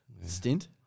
stint